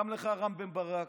גם לך, רם בן ברק,